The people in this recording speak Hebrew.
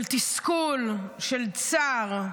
של תסכול, של צער,